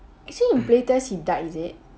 actually in play test he died is it